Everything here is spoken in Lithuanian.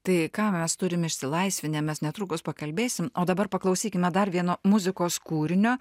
tai ką mes turim išsilaisvinę mes netrukus pakalbėsim o dabar paklausykime dar vieno muzikos kūrinio